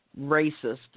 racist